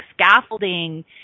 scaffolding